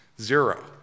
zero